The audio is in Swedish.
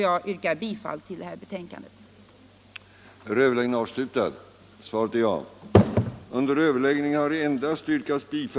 Jag yrkar bifall till utskottets hemställan.